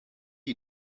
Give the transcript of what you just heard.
you